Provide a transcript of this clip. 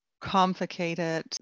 complicated